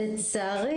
לצערי